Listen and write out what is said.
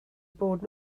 bod